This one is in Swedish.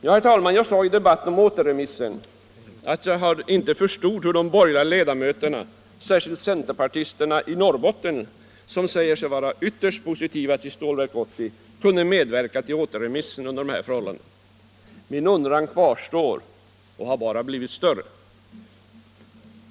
Jag sade i debatten om återremissen att jag inte förstod hur de borgerliga ledamöterna, särskilt centerpartisterna från Norrbotten som säger sig vara ytterst positiva till Stålverk 80, kunde medverka till återremissen. Min undran kvarstår och har bara blivit större.